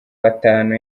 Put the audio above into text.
batanu